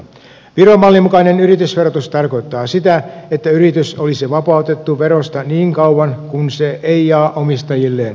viron mallin mukainen yritysverotus tarkoittaa sitä että yritys olisi vapautettu verosta niin kauan kuin se ei jaa omistajilleen osinkoa